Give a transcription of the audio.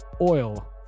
oil